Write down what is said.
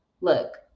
look